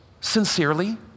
sincerely